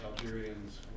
Algerians